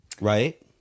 right